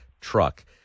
Truck